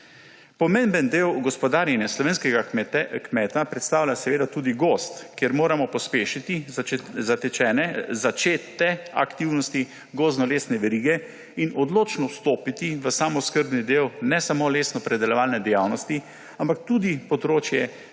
Pomemben del gospodarjenja slovenskega kmeta predstavlja seveda tudi gozd, kjer moramo pospešiti začete aktivnosti gozdno-lesne verige in odločno vstopiti v samooskrbni del ne samo lesno predelovalne dejavnosti, ampak tudi področje